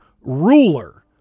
ruler